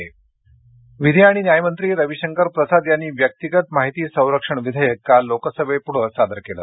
लोकसभा विधी आणि न्याय मंत्री रविशंकर प्रसाद यांनी व्यक्तिगत माहिती संरक्षण विधेयक काल लोकसभेपुढे सादर केलं